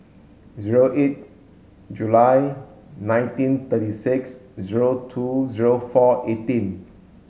zero eight July nineteen thirty six zero two zero four eighteen